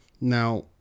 Now